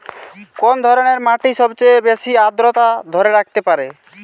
কোন ধরনের মাটি সবচেয়ে বেশি আর্দ্রতা ধরে রাখতে পারে?